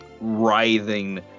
writhing